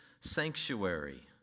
sanctuary